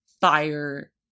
fire